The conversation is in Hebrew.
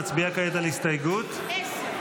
נצביע כעת על הסתייגות -- 10.